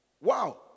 wow